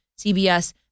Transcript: CBS